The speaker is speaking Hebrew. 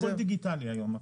הכול דיגיטלי היום.